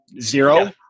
zero